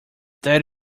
that